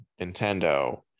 Nintendo